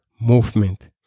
movement